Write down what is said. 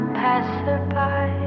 passerby